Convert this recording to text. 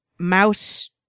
mouse